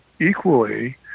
equally